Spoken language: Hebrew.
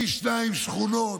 פי שניים שכונות,